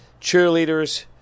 cheerleaders